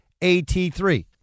at3